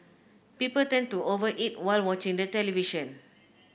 people tend to over eat while watching the television